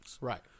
Right